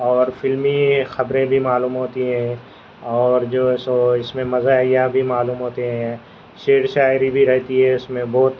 اور فلمی خبریں بھی معلوم ہوتی ہیں اور جو ہے سو اس میں مزاحیہ بھی معلوم ہوتے ہیں شعر و شاعری بھی رہتی ہے اس میں بہت